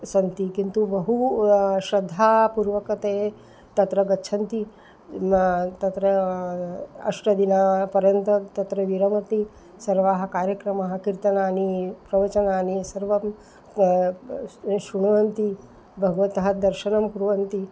सन्ति किन्तु बहु श्रद्धापूर्वकतया तत्र गच्छन्ति न तत्र अष्टदिनपर्यन्तं तत्र विरमति सर्वाः कार्यक्रमाः कीर्तनानि प्रवचनानि सर्वं श् श्रृण्वन्ति भगवतः दर्शनं कुर्वन्ति